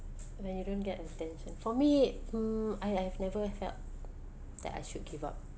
when you don't get attention for me mm I I've never felt that I should give up